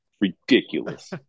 Ridiculous